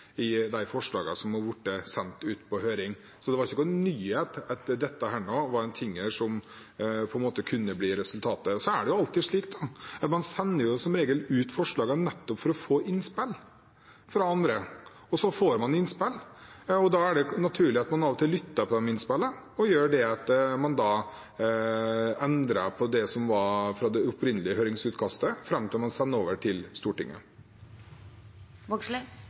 i de forslagene som har blitt sendt ut på høring. Det var ingen nyhet at dette kunne bli resultatet. Man sender som regel ut forslag nettopp for å få innspill fra andre. Så får man innspill, og da er det naturlig at man av og til lytter til de innspillene og endrer på det som lå i det opprinnelige høringsutkastet, fram til man sender det over til Stortinget.